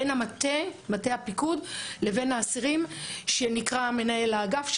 בין מטה הפיקוד לבין האסירים שנקרא מנהל האגף,